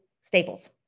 staples